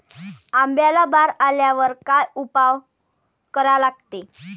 आंब्याले बार आल्यावर काय उपाव करा लागते?